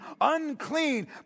unclean